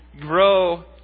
grow